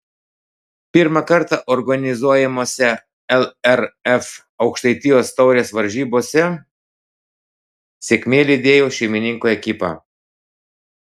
pirmą kartą organizuojamose lrf aukštaitijos taurės varžybose sėkmė lydėjo šeimininkų ekipą